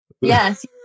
yes